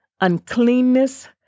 uncleanness